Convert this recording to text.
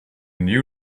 knew